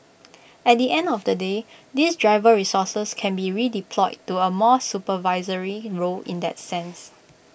at the end of the day these driver resources can be redeployed to A more supervisory role in that sense